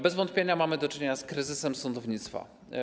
Bez wątpienia mamy do czynienia z kryzysem sądownictwa.